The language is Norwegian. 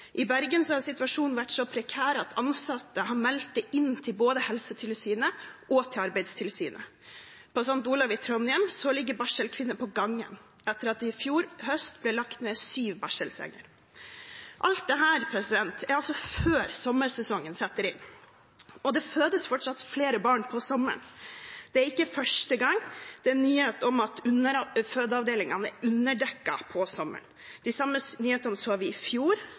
I Bergen har situasjonen vært så prekær at ansatte har meldt det inn både til Helsetilsynet og til Arbeidstilsynet. På St. Olavs hospital i Trondheim ligger barselkvinner på gangen etter at det i fjor høst ble lagt ned sju barselsenger. Alt dette er altså før sommersesongen setter inn – og det fødes fortsatt flere barn på sommeren. Det er ikke første gang det er nyheter om at fødeavdelingene er underbemannet på sommeren. De samme nyhetene så vi i fjor.